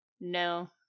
No